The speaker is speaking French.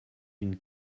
une